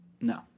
No